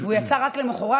והוא יצא רק למוחרת,